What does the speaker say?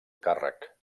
càrrec